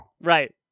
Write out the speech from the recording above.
Right